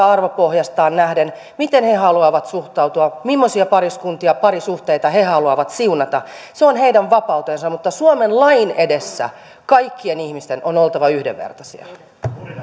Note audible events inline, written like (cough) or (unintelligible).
(unintelligible) arvopohjastaan nähden miten he haluavat suhtautua mimmoisia pariskuntia ja parisuhteita he haluavat siunata se on heidän vapautensa mutta suomen lain edessä kaikkien ihmisten on oltava yhdenvertaisia